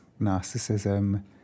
narcissism